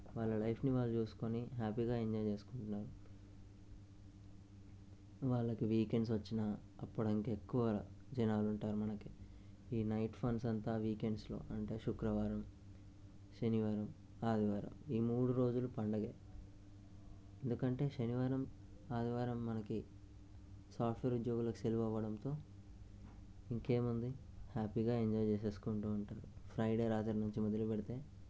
వాళ్ళ లైఫ్ని వాళ్ళు చూసుకుని హ్యాపీగా ఎంజాయ్ చేసుకుంటున్నారు వాళ్ళకి వీకెండ్స్ వచ్చినా అప్పుడంటే ఎక్కువ జనాలు ఉంటారు మనకి ఈ నైట్ ఫన్స్ అంతా వీకెండ్స్లో అంటే శుక్రవారం శనివారం ఆదివారం ఈ మూడు రోజులు పండుగ ఎందుకంటే శనివారం ఆదివారం మనకి సాఫ్ట్వేర్ ఉద్యోగులకు సెలవు అవ్వడంతో ఇంకేముంది హ్యాపీగా ఎంజాయ్ చేసుకుంటు ఉంటారు ఫ్రైడే రాత్రి నుంచి మొదలుపెడితే